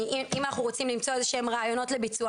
אם אנחנו רוצים למצוא איזה שהם רעיונות לביצוע,